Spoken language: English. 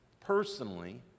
personally